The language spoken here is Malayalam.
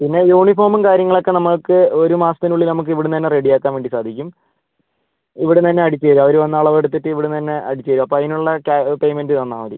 പിന്നെ യൂണിഫോമും കാര്യങ്ങളും ഒക്കെ നമ്മൾക്ക് ഒരു മാസത്തിനുള്ളിൽ നമ്മൾക്ക് ഇവിടുന്നു തന്നെ റെഡി ആക്കാൻ വേണ്ടി സാധിക്കും ഇവിടെനിന്ന് തന്നെ അടിച്ചു തരും അവർ വന്ന് അളവ് എടുത്തിട്ട് ഇവിടെനിന്ന് തന്നെ അടിച്ചു തരും അപ്പോൾ അതിനുള്ള റ്റ പേയ്മെന്റ് തന്നാൽ മതി